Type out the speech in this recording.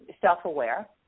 self-aware